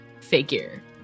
figure